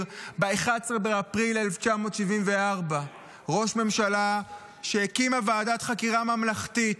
ב-11 באפריל 1974. ראש ממשלה שהקימה ועדת חקירה ממלכתית,